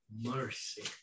mercy